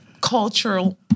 cultural